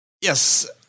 yes